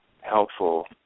helpful